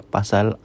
Pasal